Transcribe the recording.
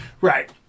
Right